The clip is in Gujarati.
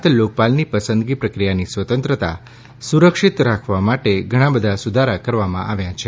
આ ઉપરાંત લોકપાલની પસંદગી પ્રક્રિયાની સ્વતંત્રતા સુરક્ષિત રાખવા માટે ઘણા બધા સુધારા કરવામાં આવ્યા છે